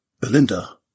Belinda